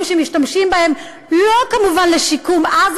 שהם משתמשים בהם כמובן לא לשיקום עזה,